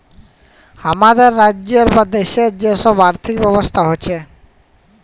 হামাদের রাজ্যের বা দ্যাশের যে সব আর্থিক ব্যবস্থা হচ্যে